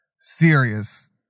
serious